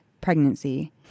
pregnancy